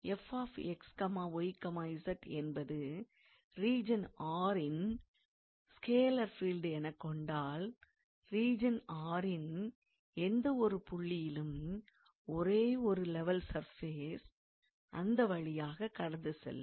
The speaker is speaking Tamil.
𝑓𝑥𝑦𝑧 என்பது ரீஜன் R ன் ஸ்கேலார் ஃபீல்டு எனக் கொண்டால் ரீஜன் R ன் எந்த ஒரு புள்ளியிலும் ஒரே ஒரு லெவல் சர்ஃபேஸ் அந்த வழியாகக் கடந்து செல்லும்